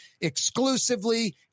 exclusively